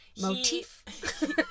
Motif